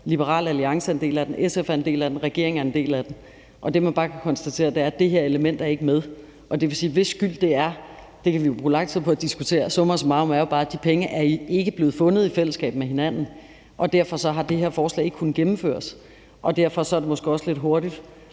Liberal Alliance er en del af den. SF er den del af den. Regeringen er en del af den. Det, man bare kan konstatere, er, at det her element ikke er med. Hvis skyld det er, kan vi jo bruge lang tid på at diskutere. Summa summarum er det bare sådan, at de penge ikke er blevet fundet i fællesskab. Derfor har det her forslag ikke kunnet gennemføres, og derfor er det måske også lidt hurtigt